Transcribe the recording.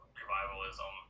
revivalism